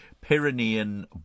Pyrenean